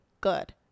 good